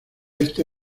este